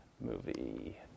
movie